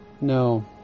No